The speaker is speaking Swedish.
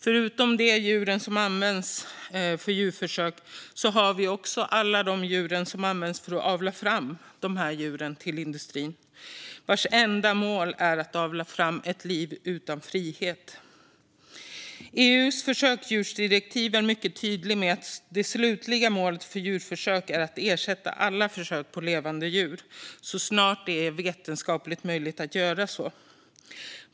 Förutom de djur som används för djurförsök finns också alla de djur som ska avla fram djuren till industrin och vilkas enda mål är att avla fram ett liv utan frihet. EU:s försöksdjursdirektiv är mycket tydligt med att det slutliga målet för djurförsök är att ersätta alla försök på levande djur så snart det är vetenskapligt möjligt.